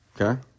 Okay